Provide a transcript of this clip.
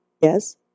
Yes